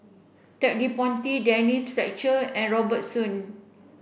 Ted De Ponti Denise Fletcher and Robert Soon